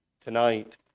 tonight